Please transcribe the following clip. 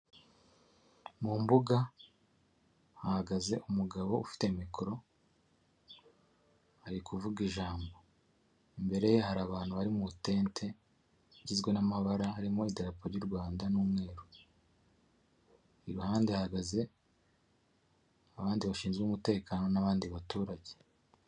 Mu mbuga hahagaze umugabo ufite mikoro ari kuvuga ijambo, imbere ye hari abantu bari mu itente igizwe n'amabara harimo itarapo y'u Rwanda n'umweru. Iruhande hahagaze abandi bashinzwe umutekano n'abandi baturage.